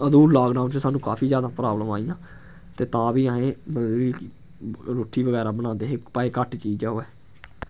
अदूं लाकडाउन च सानूं काफी ज्यादा प्राब्लमां आइयां ते तां बी असें मतलब कि रुट्टी बगैरा बनांदे हे भाएं घट्ट चीज गै होऐ